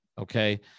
Okay